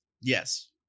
Yes